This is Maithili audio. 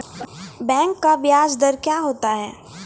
बैंक का ब्याज दर क्या होता हैं?